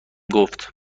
گفت